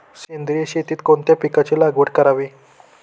सेंद्रिय शेतीत कोणत्या पिकाची लागवड करावी?